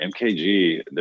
MKG